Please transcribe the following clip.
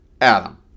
adam